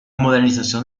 modernización